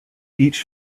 each